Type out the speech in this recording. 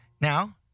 Now